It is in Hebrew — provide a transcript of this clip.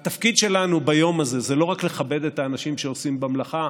התפקיד שלנו ביום הזה הוא לא רק לכבד את האנשים שעוסקים במלאכה,